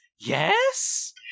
yes